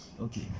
Okay